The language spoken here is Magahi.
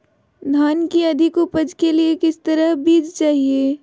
धान की अधिक उपज के लिए किस तरह बीज चाहिए?